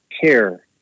care